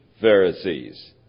Pharisees